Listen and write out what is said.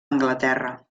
anglaterra